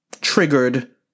triggered